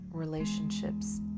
Relationships